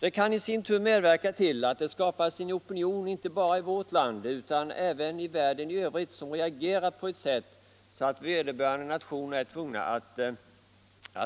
Detta kan i sin tur medverka till att det skapas en opinion inte bara i vårt land utan även i världen i övrigt som får människor att reagera på ett sätt som gör att vederbörande nationer måste